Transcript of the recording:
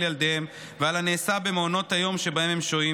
ילדיהם ועל הנעשה במעונות היום שבהם הם שוהים,